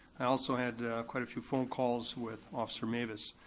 i also had quite a few phone calls with officer mavis.